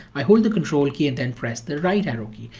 i hold the control key and then press the right arrow key,